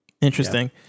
interesting